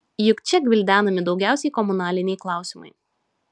juk čia gvildenami daugiausiai komunaliniai klausimai